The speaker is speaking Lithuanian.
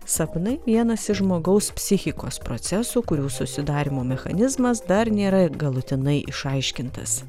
sapnai vienas iš žmogaus psichikos procesų kurių susidarymo mechanizmas dar nėra galutinai išaiškintas